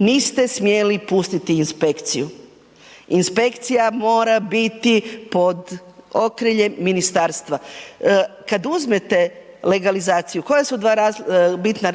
Niste smjeli pustiti inspekciju. Inspekcija mora biti pod okriljem ministarstva. Kada uzmete legalizaciju, koja su dva bitna